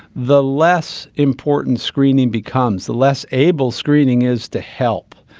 the less important screening becomes, the less able screening is to help.